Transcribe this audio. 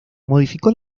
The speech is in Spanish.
modificó